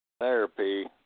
Therapy